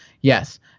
Yes